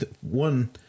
one